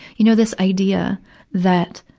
you know, this idea that